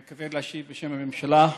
אני מתכבד להשיב בשם הממשלה.